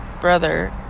brother